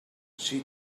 she